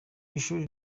ishuri